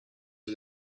for